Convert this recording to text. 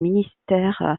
ministère